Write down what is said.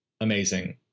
amazing